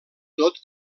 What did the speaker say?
tot